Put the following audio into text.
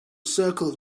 circle